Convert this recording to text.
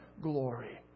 glory